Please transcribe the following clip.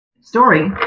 story